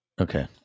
Okay